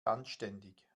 anständig